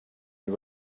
you